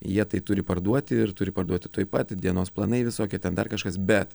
jie tai turi parduoti ir turi parduoti tuoj pat dienos planai visokie ten dar kažkas bet